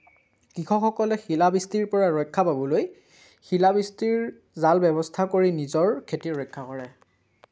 কৃষকসকলে শিলাবৃষ্টিৰ পৰা ৰক্ষা পাবলৈ শিলাবৃষ্টিৰ জাল ব্যৱস্থা কৰি নিজৰ খেতি ৰক্ষা কৰে